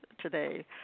today